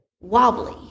wobbly